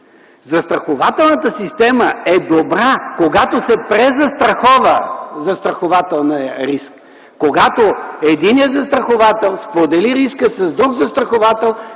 Застрахователната система е добра, когато се презастрахова застрахователният риск, когато единият застраховател сподели риска с друг застраховател,